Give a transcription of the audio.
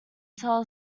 tell